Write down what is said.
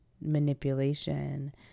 manipulation